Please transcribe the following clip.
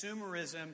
consumerism